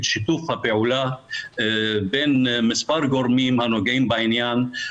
שיתוף הפעולה בין מספר גורמים הנוגעים בעניין.